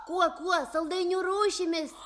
kuo saldainių rūšimis